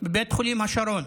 בבית חולים השרון,